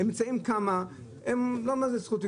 הם נמצאים כמה, לא אומר שזה זכות עיכוב.